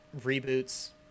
reboot's